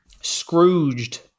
Scrooged